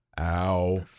ow